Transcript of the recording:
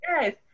Yes